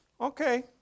okay